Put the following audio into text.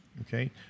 Okay